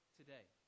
today